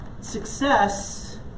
success